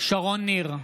שרון ניר,